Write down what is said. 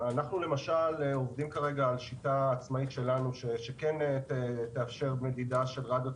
אנחנו למשל עובדים כרגע על שיטה עצמאית שלנו שכן תאפשר מדידה של רדיו,